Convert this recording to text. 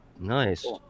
Nice